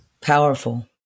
Powerful